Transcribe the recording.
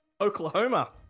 Oklahoma